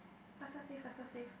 faster save faster save